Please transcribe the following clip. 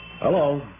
Hello